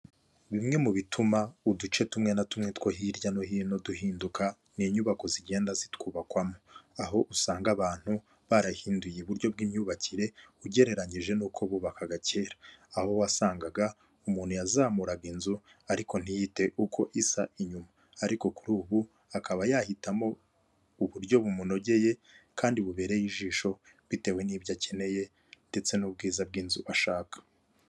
Bimwe mu bituma uduce tumwe na tumwe two hirya no hino duhinduka, ni inyubako zigenda zitwubakwamo. Aho usanga abantu barahinduye uburyo bw'imyubakire ugereranyije n'uko bubakaga kera, aho wasangaga umuntu yazamuraga inzu ariko ntiyite uko isa inyuma. Ariko kuri ubu, akaba yahitamo uburyo bumunogeye kandi bubereye ijisho bitewe n'ibyo akeneye ndetse n'ubwiza bw'inzu ashaka.